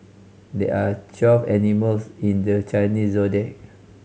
there are twelve animals in the Chinese Zodiac